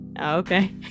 Okay